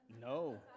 no